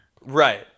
right